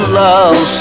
love